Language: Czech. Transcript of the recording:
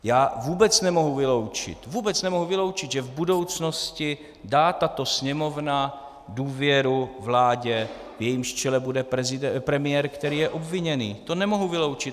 Já vůbec nemohu vyloučit, vůbec nemohu vyloučit, že v budoucnosti dá tato Sněmovna důvěru vládě, v jejímž čele bude premiér, který je obviněný, to nemohu vyloučit.